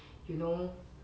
you know